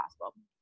possible